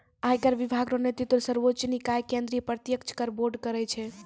आयकर विभाग रो नेतृत्व सर्वोच्च निकाय केंद्रीय प्रत्यक्ष कर बोर्ड करै छै